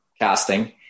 casting